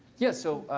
yeah. so